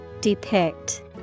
Depict